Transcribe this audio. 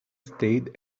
stayed